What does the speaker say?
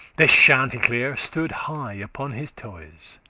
this chanticleer stood high upon his toes,